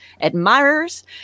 admirers